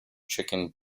chicken